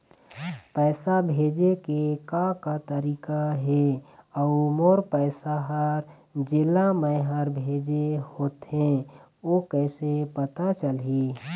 पैसा भेजे के का का तरीका हे अऊ मोर पैसा हर जेला मैं हर भेजे होथे ओ कैसे पता चलही?